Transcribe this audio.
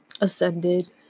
ascended